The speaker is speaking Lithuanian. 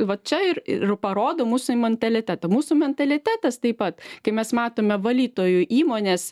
va čia ir ir ir parodo mūsų mentalitetą mūsų mentalitetas taip pat kai mes matome valytojų įmonės